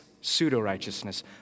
pseudo-righteousness